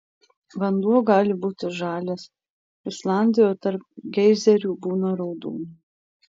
vanduo gali būti žalias islandijoje tarp geizerių būna raudono